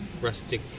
rustic